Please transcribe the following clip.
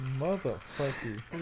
Motherfucker